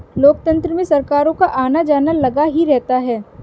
लोकतंत्र में सरकारों का आना जाना लगा ही रहता है